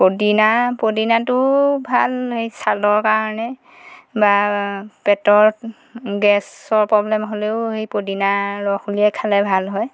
পদিনা পদিনাটো ভাল সেই ছালৰ কাৰণে বা পেটৰ গেছৰ প্ৰবলেম হ'লেও সেই পদিনাৰ ৰস উলিয়াই খালে ভাল হয়